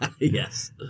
Yes